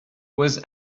was